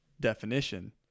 definition